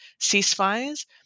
ceasefires